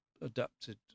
adapted